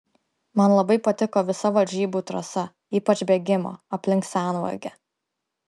man labai patiko visa varžybų trasa ypač bėgimo aplink senvagę